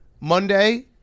Monday